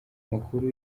amakuru